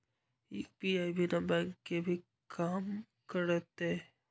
UPI बिना bank के भी कम करतै?